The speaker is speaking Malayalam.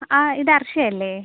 ആ ഇത് അർഷയല്ലേ